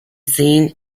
scene